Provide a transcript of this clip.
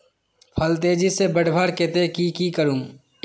फल तेजी से बढ़वार केते की की करूम?